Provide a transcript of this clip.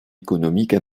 économique